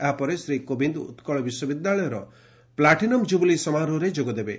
ଏହାପରେ ଶ୍ରୀ କୋବିନ୍ଦ ଉକ୍କଳ ବିଶ୍ୱବିଦ୍ୟାଳୟର platinum jubilee ସମାରୋହରେ ଯୋଗଦେବେ